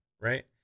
right